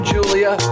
Julia